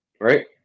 Right